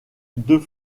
deux